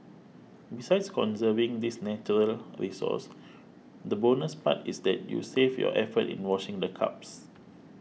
besides conserving this natural resource the bonus part is that you save your effort in washing the cups